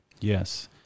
Yes